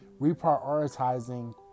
Reprioritizing